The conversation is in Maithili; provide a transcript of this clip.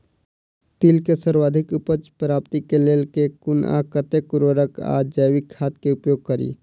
तिल केँ सर्वाधिक उपज प्राप्ति केँ लेल केँ कुन आ कतेक उर्वरक वा जैविक खाद केँ उपयोग करि?